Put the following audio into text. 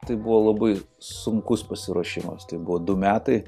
tai buvo labai sunkus pasiruošimas tai buvo du metai